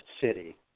City